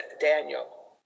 Daniel